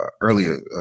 earlier